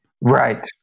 Right